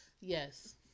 Yes